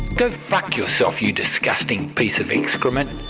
go fuck yourself you disgusting piece of excrement,